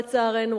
לצערנו,